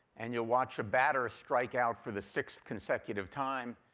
and you'll watch a batter strike out for the sixth consecutive time.